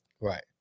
Right